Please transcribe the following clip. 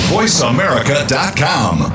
VoiceAmerica.com